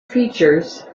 features